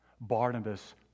Barnabas